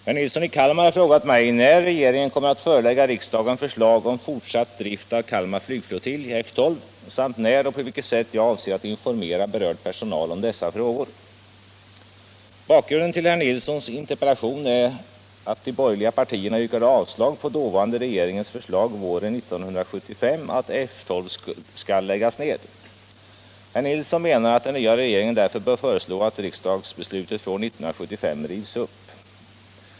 Herr talman! Herr Nilsson i Kalmar har frågat mig när regeringen kommer att förelägga riksdagen förslag om fortsatt drift av Kalmar flygflottilj samt när och på vilket sätt jag avser att informera berörd personal om dessa förhållanden. Bakgrunden till herr Nilssons interpellation är att de borgerliga partierna yrkade avslag på dåvarande regeringens förslag våren 1975 att F 12 skall läggas ned. Herr Nilsson menar att den nya regeringen därför bör föreslå att riksdagsbeslutet från år 1975 rivs upp.